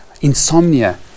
insomnia